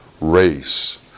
race